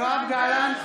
יואב גלנט,